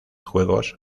juegos